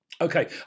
Okay